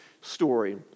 story